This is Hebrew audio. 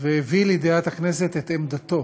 והביא לידיעת הכנסת את עמדתו